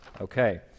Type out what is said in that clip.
Okay